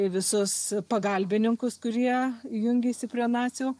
visus pagalbininkus kurie jungėsi prie nacių